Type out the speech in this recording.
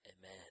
Amen